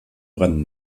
brennen